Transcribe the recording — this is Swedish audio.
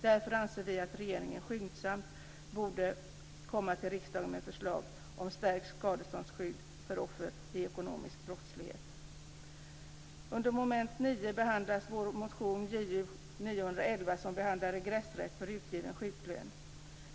Därför anser vi att regeringen skyndsamt borde komma till riksdagen med ett förslag om stärkt skadeståndsskydd för offer vid ekonomisk brottslighet. Under mom. 9 behandlas vår motion Ju911, som handlar om regressrätt för utgiven sjuklön.